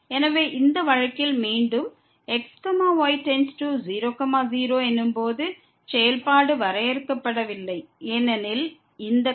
எனவே இந்த வழக்கில் மீண்டும் x y→0 0 எனும் போது செயல்பாடு வரையறுக்கப்படவில்லை ஏனெனில் இந்த காரணம் x2y2